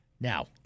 Now